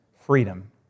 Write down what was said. freedom